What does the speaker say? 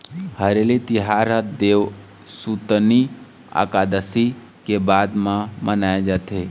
हरेली तिहार ह देवसुतनी अकादसी के बाद म मनाए जाथे